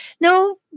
No